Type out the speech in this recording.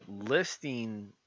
listing